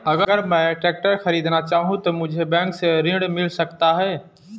अगर मैं ट्रैक्टर खरीदना चाहूं तो मुझे बैंक से ऋण मिल सकता है?